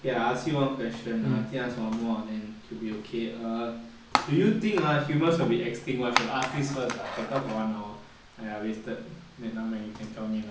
okay I ask you one question ah I think ask one more then should be okay err do you think ah humans will be extinct !wah! should have asked this first lah can talk for one hour !aiya! wasted never mind you can tell me you know